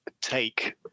take